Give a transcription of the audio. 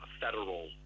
federal